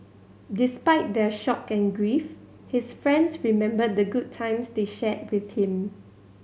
despite their shock and grief his friends remembered the good times they shared with him